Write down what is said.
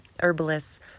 herbalists